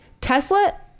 tesla